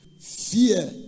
Fear